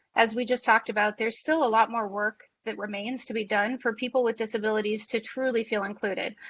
as we just talked about there is still a lot more work that remains to be done for people with disabilities to truly feel included.